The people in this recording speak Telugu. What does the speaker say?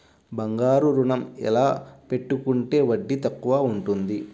బంగారు ఋణం ఎలా పెట్టుకుంటే వడ్డీ తక్కువ ఉంటుంది?